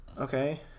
okay